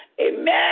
Amen